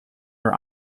were